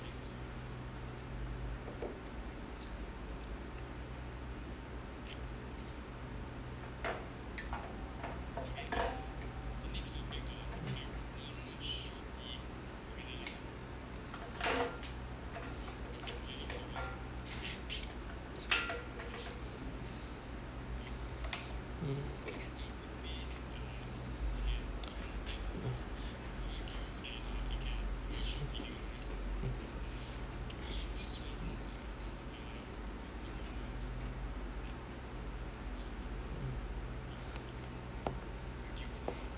mm hmm mm